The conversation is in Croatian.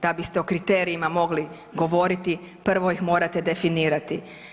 Da biste o kriterijima mogli govoriti prvo ih morate definirati.